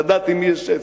לדעת עם מי יש עסק.